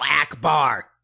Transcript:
Akbar